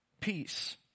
Peace